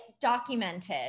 documented